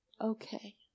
Okay